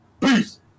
Peace